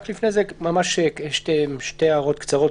שתי הערות קצרות.